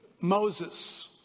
Moses